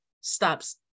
stops